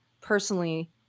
personally